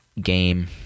game